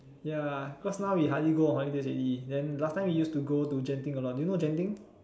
ya cause now we hardly go on holidays already then last time we used to go to Genting a lot do you know Genting